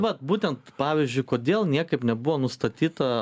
vat būtent pavyzdžiui kodėl niekaip nebuvo nustatyta